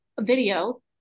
video